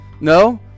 No